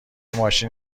ماشین